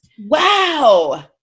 Wow